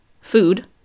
food